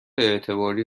اعتباری